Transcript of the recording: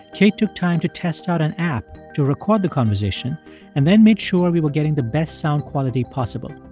kate took time to test out an app to record the conversation and then made sure we were getting the best sound quality possible.